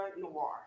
noir